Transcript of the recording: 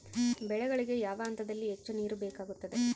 ಬೆಳೆಗಳಿಗೆ ಯಾವ ಹಂತದಲ್ಲಿ ಹೆಚ್ಚು ನೇರು ಬೇಕಾಗುತ್ತದೆ?